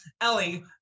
Ellie